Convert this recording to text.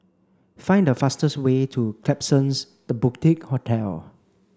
find the fastest way to Klapsons The Boutique Hotel